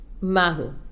Mahu